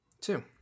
Two